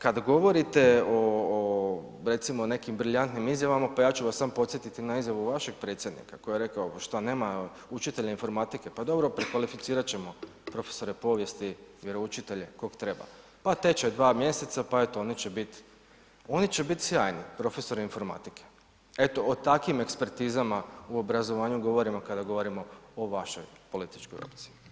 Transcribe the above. Kad govorite o, o recimo nekim brilijantnim izjavama, pa ja ću vas samo podsjetiti na izjavu vašeg predsjednika koji je rekao što nema učitelja informatike, pa dobro prekvalificirat ćemo profesore povijesti, vjeroučitelje, kog treba, pa tečaj dva mjeseca, pa eto oni će bit, oni će bit sjajni profesori informatike, eto o takvim ekspertizama u obrazovanju govorimo kada govorimo o vašoj političkoj opciji.